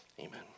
Amen